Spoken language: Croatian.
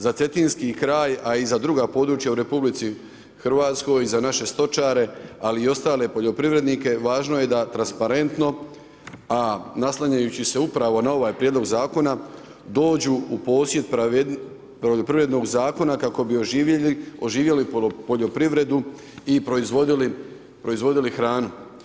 Za Cetinski kraj, a i za druga područja u RH, za naše stočare, a i za ostale poljoprivrednike, važno je da transparentno, a naslanjajući se upravo na ovaj prijedlog zakona, dođu u posjed, poljoprivrednog zakona, kako bi oživjeli, poljoprivredu i proizvodili hranu.